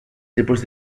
tipus